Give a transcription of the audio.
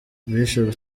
bishop